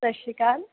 ਸਤਿ ਸ਼੍ਰੀ ਅਕਾਲ